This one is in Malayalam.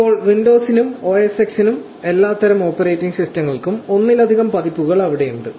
ഇപ്പോൾ വിൻഡോസിനും OS X നുള്ള എല്ലാത്തരം ഓപ്പറേറ്റിംഗ് സിസ്റ്റങ്ങൾക്കും ഒന്നിലധികം പതിപ്പുകൾ ഇവിടെയുണ്ട്